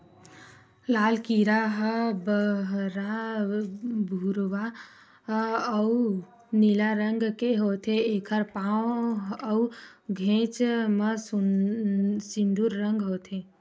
लाल कीरा ह बहरा भूरवा अउ नीला रंग के होथे, एखर पांव अउ घेंच म सिंदूर रंग होथे